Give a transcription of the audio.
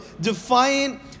defiant